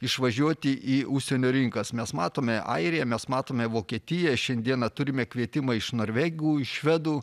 išvažiuoti į užsienio rinkas mes matome airiją mes matome vokietiją šiandieną turime kvietimą iš norvegų iš švedų